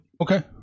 Okay